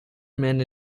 men